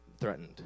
threatened